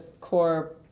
core